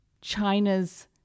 China's